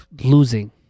Losing